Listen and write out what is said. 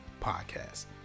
Podcast